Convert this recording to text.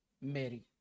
Mary